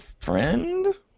friend